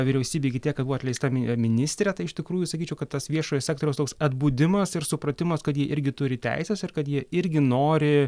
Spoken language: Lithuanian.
vyriausybė iki tiek kad buvo atleista ministrė tai iš tikrųjų sakyčiau kad tas viešojo sektoriaus toks atbudimas ir supratimas kad jie irgi turi teises ir kad jie irgi nori